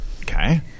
Okay